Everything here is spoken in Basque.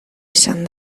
izan